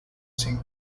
singh